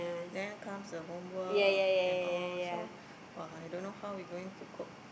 then comes the homework and all so !wah! I don't know how he going to cook